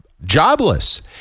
Jobless